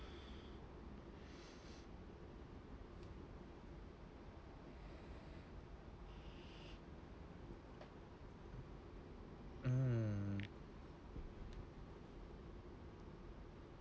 mm